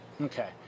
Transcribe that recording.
Okay